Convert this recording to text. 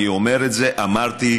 אני אומר את זה, אמרתי.